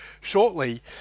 shortly